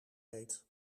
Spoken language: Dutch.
heet